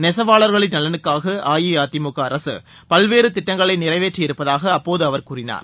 நெசவாளர்களின் நலனுக்காக அஇஅதிமுக அரசு பல்வேறு திட்டங்களை நிறைவேற்றியிருப்பதாக அப்போது அவர் கூறினார்